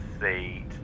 seat